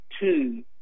Two